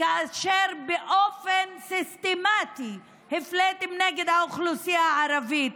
כאשר באופן סיסטמטי הפליתם נגד האוכלוסייה הערבית.